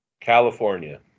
California